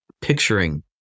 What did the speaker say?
picturing